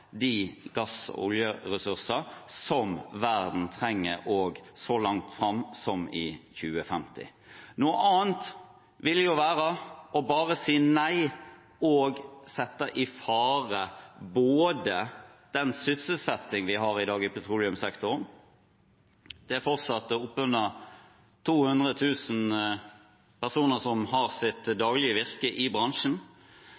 de gass- og oljeressurser som verden trenger, også så langt fram som i 2050. Noe annet ville være å bare si nei og sette i fare den sysselsettingen vi har i dag i petroleumssektoren. Fortsatt har oppunder 200 000 sitt daglige virke i bransjen, og med deres familier har en stor andel av Norges befolkning sitt